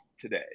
today